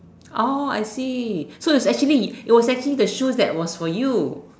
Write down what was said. oh I see so it's actually it was actually the shoes that was for you